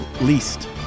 Least